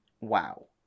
wow